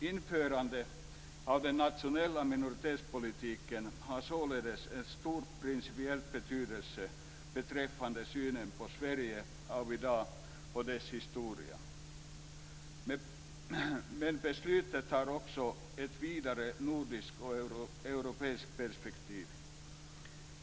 Införandet av den nationella minoritetspolitiken har således en stor principiell betydelse beträffande synen på Sverige av i dag och dess historia. Men beslutet har också ett vidare nordiskt och europeiskt perspektiv.